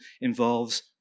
involves